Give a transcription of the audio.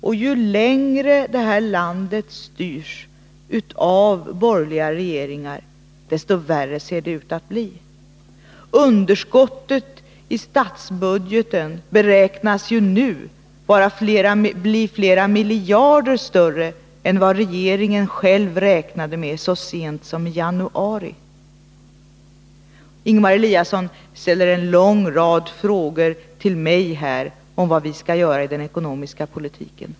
Och ju längre detta land styrs av borgerliga regeringar, desto värre ser det ut att bli. Underskottet i statsbudgeten beräknas nu att bli flera miljarder större än vad regeringen själv räknade med så sent som i januari. Ingemar Eliasson ställer en lång rad frågor till mig om vad vi skall göra i den ekonomiska politiken.